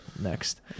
next